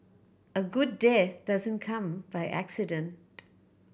a good death doesn't come by accident